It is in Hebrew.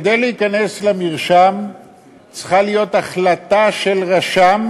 כדי להיכנס למרשם צריכה להיות החלטה של רשם,